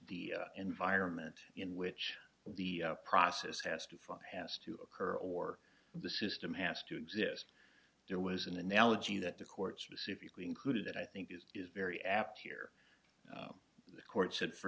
the environment in which the process has to fight has to occur or the system has to exist there was an analogy that the court specifically included that i think is is very apt here the court said for